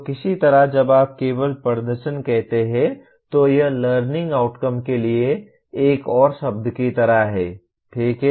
तो किसी तरह जब आप केवल प्रदर्शन कहते हैं तो यह लर्निंग आउटकम के लिए एक और शब्द की तरह है ठीक है